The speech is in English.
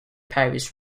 paris